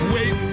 Wait